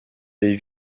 les